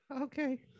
okay